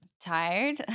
Tired